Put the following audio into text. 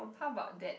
how about that